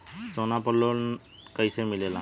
सोना पर लो न कइसे मिलेला?